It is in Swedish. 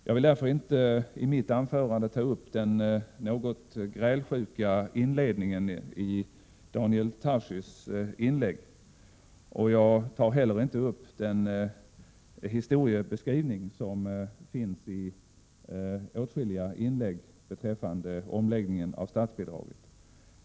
Jag vill därför inte i mitt anförande ta upp den något grälsjuka inledningen i Daniel Tarschys inlägg, och jag tar heller inte upp den historieskrivning som finns i åtskilliga inlägg beträffande omläggningen av statsbidraget.